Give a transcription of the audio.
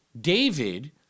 David